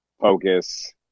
focus